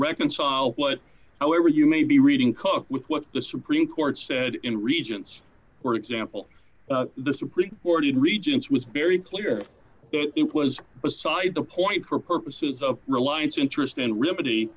reconcile what however you may be reading cook with what the supreme court said in regions where example the supreme court in regents was very clear it was beside the point for purposes of reliance interest and remedy